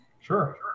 Sure